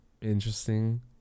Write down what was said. interesting